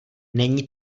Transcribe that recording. není